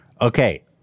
okay